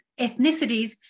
ethnicities